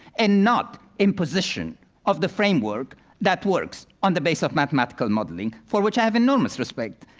and not imposition of the framework that works on the basis of mathematical modeling, for which i have enormous respect.